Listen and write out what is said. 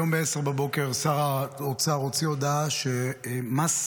היום ב-10:00 שר האוצר הוציא הודעה שמס